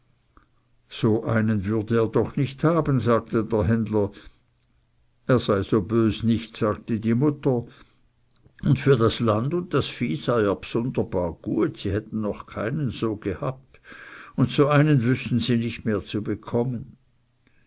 so einen würde er doch nicht haben sagte der händler er sei so bös nicht sagte die mutter und für das land und das vieh sei er bsunderbar gut sie hätten noch keinen so gehabt und so einen wüßten sie nicht mehr zu bekommen